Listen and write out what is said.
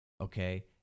okay